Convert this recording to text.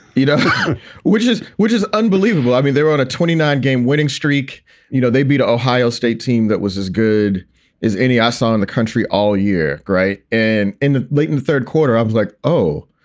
you know which is which is unbelievable i mean, they're on a twenty nine game winning streak you know, they beat the ohio state team. that was as good as any i saw in the country all year. great. and in late in the third quarter, i was like, oh,